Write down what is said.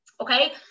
Okay